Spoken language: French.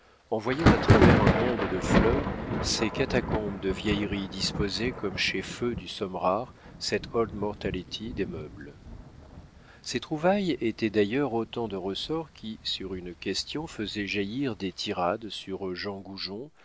en voyant à travers un monde de fleurs ces catacombes de vieilleries disposées comme chez feu du sommerard cet old mortality des meubles ces trouvailles étaient d'ailleurs autant de ressorts qui sur une question faisaient jaillir des tirades sur jean goujon